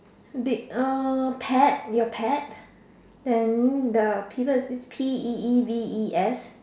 did uh pet your pet peeve then the peeves is P E E V E S